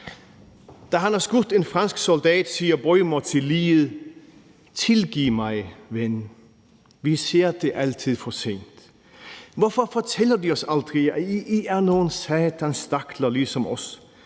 Da han har skudt en fransk soldat, siger Bäumer til liget: Tilgiv mig, ven, vi ser det altid for sent. Hvorfor siger vi aldrig, at I er nogle satans stakler ligesom os,